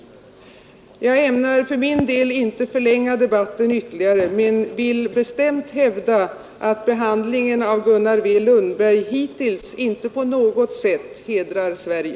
Jag ämnar för min del inte förlänga debatten ytterligare men vill bestämt hävda att behandlingen av Gunnar W. Lundberg hittills inte på något sätt hedrar Sverige.